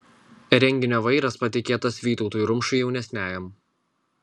renginio vairas patikėtas vytautui rumšui jaunesniajam